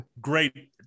great